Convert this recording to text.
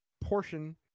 Portion